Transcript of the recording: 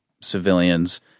civilians